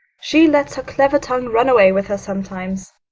she lets her clever tongue run away with her sometimes.